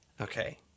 Okay